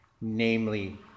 namely